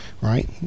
right